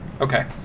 Okay